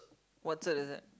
what cert is that